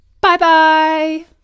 bye-bye